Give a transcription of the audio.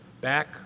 back